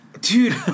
Dude